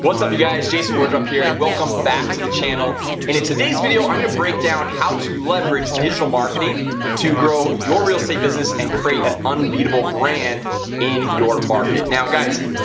what's up you guys jason wardrop here and welcome back to the channel and in today's video i'm going to break down how to leverage digital marketing to grow your real estate business and create an unbeatable brand in your market now guys,